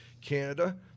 Canada